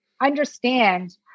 understand